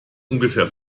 ungefähr